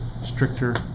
stricter